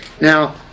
Now